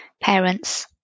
parents